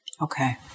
Okay